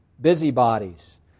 Busybodies